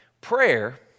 prayer